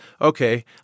okay